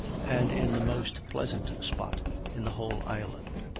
and in the most pleasant spot in the whole island.